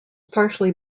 partially